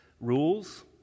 rules